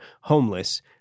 homeless